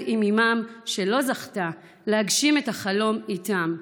עם אימם שלא זכתה להגשים את החלום איתם.